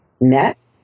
met